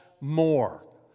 more